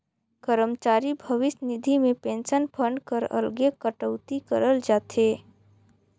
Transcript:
करमचारी भविस निधि में पेंसन फंड कर अलगे कटउती करल जाथे